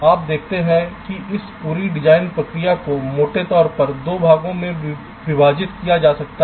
आप देखते हैं कि इस पूरी डिजाइन प्रक्रिया को मोटे तौर पर 2 भागों में विभाजित किया जा सकता है